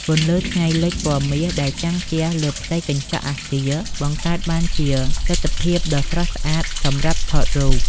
ពន្លឺថ្ងៃលិចពណ៌មាសដែលចាំងជះលើផ្ទៃកញ្ចក់អគារ បង្កើតបានជាទិដ្ឋភាពដ៏ស្រស់ស្អាតសម្រាប់ថតរូប។